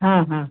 ಹಾಂ ಹಾಂ